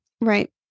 Right